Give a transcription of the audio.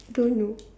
don't know